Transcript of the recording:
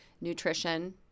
nutrition